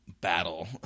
battle